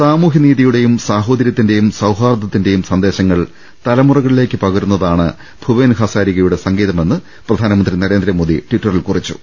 സാമൂഹൃനീതിയുടെയും സാഹോദരൃത്തിന്റെയും സൌഹാർദ്ദത്തി ന്റെയും സന്ദേശങ്ങൾ തലമുറകളിലേക്ക് പകരുന്നതാണ് ഭുപേൻ ഹസാരി കയുടെ സംഗീതമെന്ന് പ്രധാനമന്ത്രി നരേന്ദ്രമോദി ട്വിറ്ററിൽ കുറിച്ചു